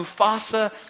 Mufasa